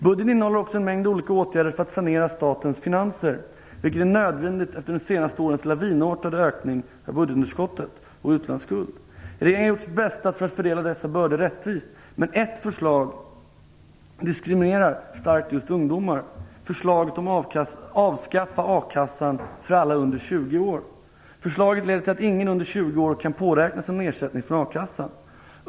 Budgeten innehåller också en mängd olika åtgärder för sanering av statens finanser, vilket är nödvändigt efter de senaste årens lavinartade ökning av budgetunderskottet och utlandsskulden. Regeringen har gjort sitt bästa för att fördela dessa bördor rättvist. Men ett förslag diskriminerar starkt just ungdomar, nämligen förslaget om att avskaffa a-kassan för alla under 20 år. Förslaget leder till att ingen under 20 år kan påräkna sig någon ersättning från a-kassan.